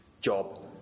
job